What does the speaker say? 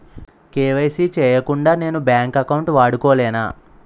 KYC చేయకుండా నేను bank account వాడుకొలేన?